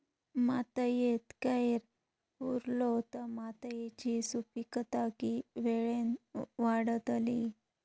मातयेत कैर पुरलो तर मातयेची सुपीकता की वेळेन वाडतली?